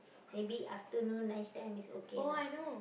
maybe afternoon lunch time is okay lah